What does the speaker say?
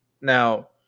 now